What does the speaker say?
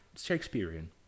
Shakespearean